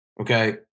okay